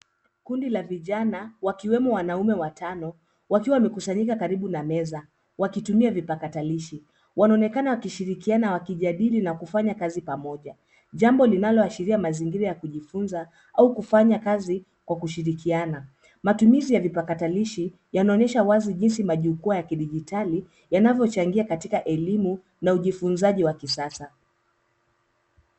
Kundi la vijana wakiwemo wanaume watano wakiwa wamekusanyika karibu na meza wakitumia vipakatalishi. Wanaonekana wakishirikiana wakijadili na kufanya kazi pamoja. Jambo linaloashiria mazingira ya kujifunza au kufanya kazi kwa kushirikiana. Matumizi ya vipakatalishi yanaonyesha wazi jinsi majukwaa ya kidijitali yanavyochangia katika elimu na ujifunzaji wa kisasa.